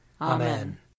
Amen